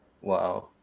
Wow